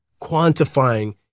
quantifying